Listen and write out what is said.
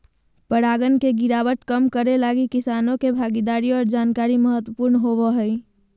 परागण के गिरावट कम करैय लगी किसानों के भागीदारी और जानकारी महत्वपूर्ण होबो हइ